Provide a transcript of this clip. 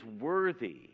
worthy